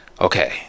Okay